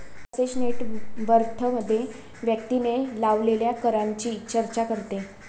तसेच नेट वर्थमध्ये व्यक्तीने लावलेल्या करांची चर्चा करते